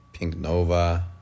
Pinknova